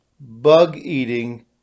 bug-eating